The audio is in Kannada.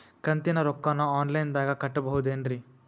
ಕಂತಿನ ರೊಕ್ಕನ ಆನ್ಲೈನ್ ದಾಗ ಕಟ್ಟಬಹುದೇನ್ರಿ?